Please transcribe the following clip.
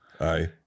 Aye